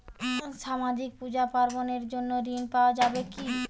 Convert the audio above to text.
সামাজিক পূজা পার্বণ এর জন্য ঋণ পাওয়া যাবে কি?